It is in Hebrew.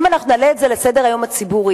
אם אנחנו נעלה את זה לסדר-היום הציבורי,